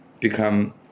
become